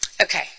Okay